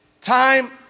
time